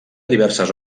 diverses